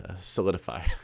solidify